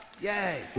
Yay